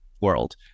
world